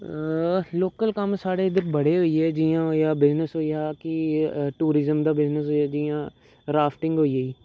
local कम्म साढ़े इद्धर बड़े होई गे जियां होई गेआ बिजनेस होई गेआ कि टूरिज्म दा बिजनेस जियां राफ्टिंग होई गेई